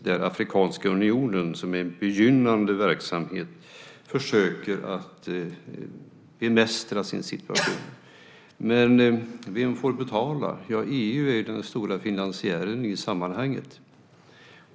Där försöker Afrikanska unionen, som är en begynnande verksamhet, att bemästra situationen. Men vem får betala? EU är den stora finansiären i sammanhanget.